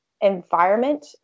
environment